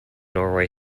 norway